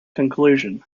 conclusion